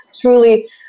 truly